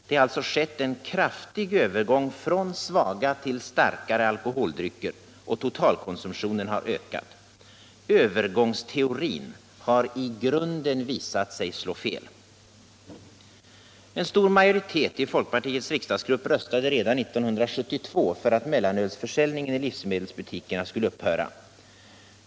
Det har alltså skett en kraftig övergång från svaga till starkare alkoholdrycker, och konsumtionen har ökat. Övergångsteorin har i grunden visat sig slå fel. En stor majoritet i folkpartiets riksdagsgrupp röstade redan 1972 för att mellanölsförsäljningen i livsmedelsbutikerna skulle upphöra.